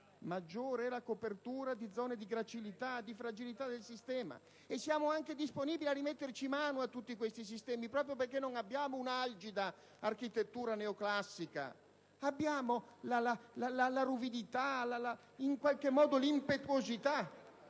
risiede la copertura di zone di gracilità e di fragilità del sistema. Siamo anche disponibili a rimettere mano a tutti questi sistemi, proprio perché non disponiamo di un'algida architettura neoclassica, ma abbiamo la ruvidità, in qualche modo l'impetuosità,